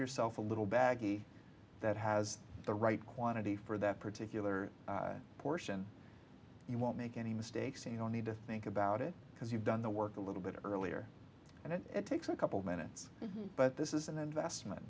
yourself a little baggie that has the right quantity for that particular portion you won't make any mistakes you don't need to think about it because you've done the work a little bit earlier and it takes a couple minutes but this is an investment